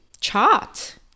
chart